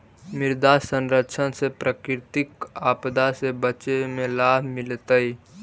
मृदा संरक्षण से प्राकृतिक आपदा से बचे में लाभ मिलतइ